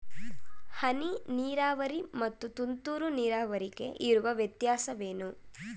ಹನಿ ನೀರಾವರಿ ಮತ್ತು ತುಂತುರು ನೀರಾವರಿಗೆ ಇರುವ ವ್ಯತ್ಯಾಸವೇನು?